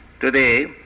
today